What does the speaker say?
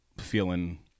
feeling